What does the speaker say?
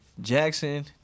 Jackson